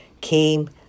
came